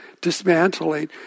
dismantling